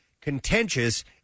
contentious